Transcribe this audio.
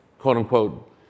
quote-unquote